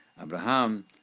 Abraham